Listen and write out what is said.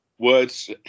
Words